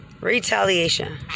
Retaliation